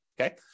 okay